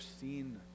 seen